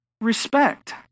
respect